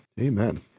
Amen